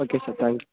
okay sir thank you